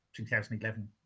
2011